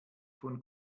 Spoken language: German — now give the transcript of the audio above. von